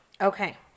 okay